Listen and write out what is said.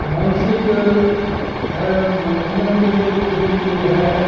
मानसिक है मनोरंजन के लिये कुछ देर के लिये है